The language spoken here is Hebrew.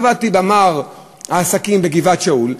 עבדתי במרכז העסקים בגבעת-שאול,